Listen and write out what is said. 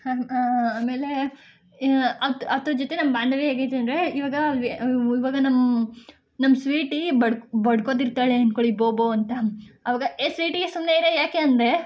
ಆಮೇಲೆ ಅದ್ರ ಜೊತೆ ನಮ್ಮ ಬಾಂಧವ್ಯ ಹೇಗಿದೆ ಅಂದರೆ ಇವಾಗ ಇವಾಗ ನಮ್ಮ ನಮ್ಮ ಸ್ವೀಟಿ ಬಡ್ಕ್ ಬಡ್ಕೊತಿರ್ತಾಳೆ ಅಂದ್ಕೊಳಿ ಬೊ ಬೊ ಅಂತ ಆವಾಗ ಏಯ್ ಸ್ವೀಟೀ ಸುಮ್ನೆ ಇರೇ ಯಾಕೆ ಅಂದರೆ